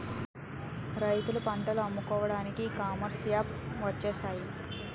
రైతులు పంటలు అమ్ముకోవడానికి ఈ కామర్స్ యాప్స్ వచ్చేసాయి